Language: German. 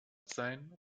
sein